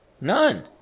None